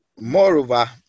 Moreover